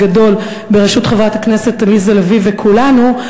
בראשות חברת הכנסת עליזה לביא וכולנו,